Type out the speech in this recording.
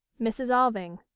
mrs. alving.